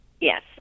Yes